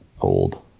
old